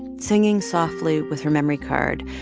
singing softly with her memory card,